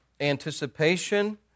anticipation